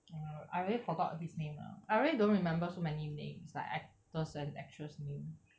uh I really forgot his name ah I really don't remember so many names like actors and actress name